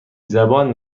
زبان